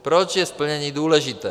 Proč je splnění důležité?